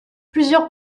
plusieurs